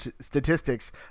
statistics